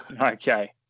Okay